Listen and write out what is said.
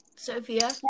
Sophia